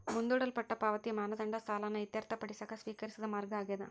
ಮುಂದೂಡಲ್ಪಟ್ಟ ಪಾವತಿಯ ಮಾನದಂಡ ಸಾಲನ ಇತ್ಯರ್ಥಪಡಿಸಕ ಸ್ವೇಕರಿಸಿದ ಮಾರ್ಗ ಆಗ್ಯಾದ